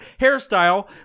hairstyle